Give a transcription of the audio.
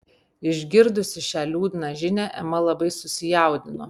išgirdusi šią liūdną žinią ema labai susijaudino